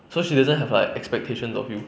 so she doesn't have like expectation of you